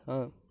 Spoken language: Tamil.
ஆ